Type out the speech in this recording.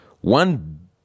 one